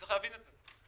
וצריך להבין את זה.